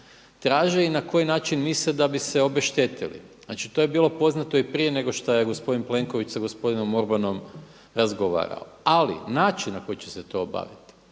traže i na koji način misle da bi se obeštetili. Znači to je bilo poznato i prije nego šta je gospodin Plenković sa gospodinom Orbanom razgovarao. Ali način na koji će se to obaviti,